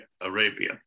Arabia